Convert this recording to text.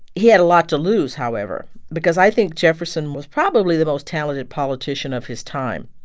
he had a lot to lose, however, because i think jefferson was probably the most talented politician of his time